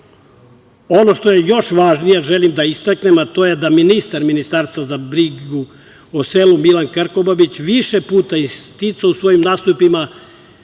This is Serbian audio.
što je još važnije, želim da istaknem, a to je da ministar Ministarstva za brigu o selu Milan Krkobabić više puta je isticao u svojim nastupima